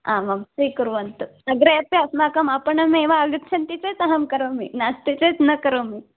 आमां स्वीकुर्वन्तु अग्रे अपि अस्माकम् आपणमेव आगच्छन्ति चेत् अहं करोमि नास्ति चेत् न करोमि